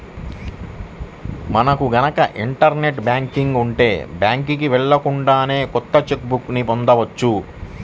మనకు గనక internet banking ఉంటే బ్యాంకుకి వెళ్ళకుండానే కొత్త చెక్ బుక్ ని పొందవచ్చు